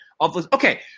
okay